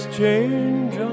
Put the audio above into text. change